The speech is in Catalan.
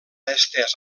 estès